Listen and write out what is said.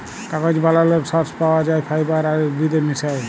কাগজ বালালর সর্স পাউয়া যায় ফাইবার আর উদ্ভিদের মিশায়